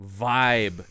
vibe